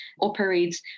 operates